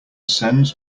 sends